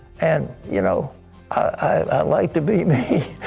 and you know i like to be me.